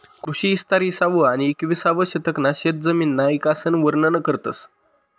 कृषी इस्तार इसावं आनी येकविसावं शतकना शेतजमिनना इकासन वरनन करस